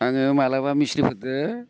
आङो माब्लाबा मिस्थ्रि फोरदो